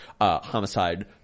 homicide